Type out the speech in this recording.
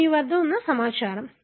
ఇప్పుడు ఇది మీ వద్ద ఉన్న సమాచారం